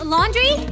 Laundry